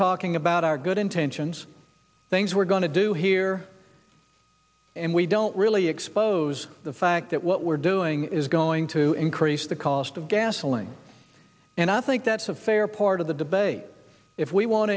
talking about our good intentions things we're going to do here and we don't really expose the fact that what we're doing is going to increase the cost of gasoline and i think that's a fair part of the debate if we want